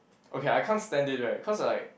okay I can't stand it right cause like